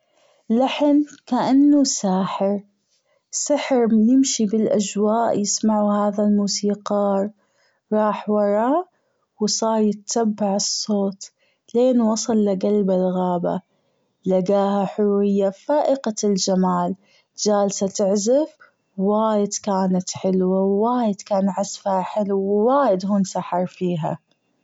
لحن كأنه ساحر سحر بيمشي بالأجواء يسمعه هذا الموسيقار راح وراه وراح يتتبع الصوت لين وصل لقلب الغابة لجاها حورية فائقة الجمال جالسة تعزف وايد كانت حلوة و وايد كان عزفها حلو و وايد هو أنسحر فيها.